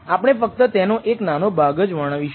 આપણે ફક્ત તેનો એક નાનો ભાગ જ વર્ણવિશુ